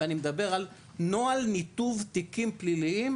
ואני מדבר על נוהל ניתוב תיקים פליליים,